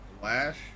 Flash